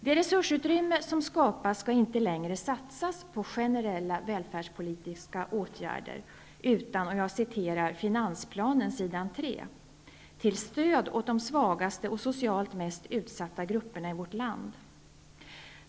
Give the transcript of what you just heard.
Det resursutrymme som skapas skall inte längre satsas på generella välfärdspolitiska åtgärder utan, enligt finansplanen, s. 3, användas till ''stöd åt de svagaste och socialt mest utsatta grupperna i vårt land''.